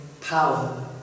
power